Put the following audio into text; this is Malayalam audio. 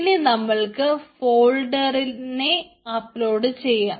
ഇനി നമ്മൾക്ക് ഫോൾഡറിനെ അപ്ലോഡ് ചെയ്യാം